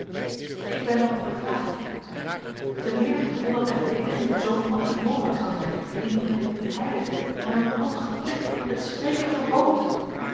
ik ben wel te beklagen zeide ik te meer omdat mijn verdediging zoo gemakkelijk mogelijk zou zijn indien mij niet een heilige maar noodlottige plicht het spreken verbood